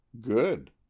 Good